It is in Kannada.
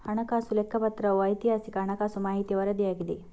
ಹಣಕಾಸು ಲೆಕ್ಕಪತ್ರವು ಐತಿಹಾಸಿಕ ಹಣಕಾಸು ಮಾಹಿತಿಯ ವರದಿಯಾಗಿದೆ